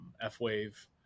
F-Wave